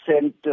sent